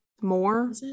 more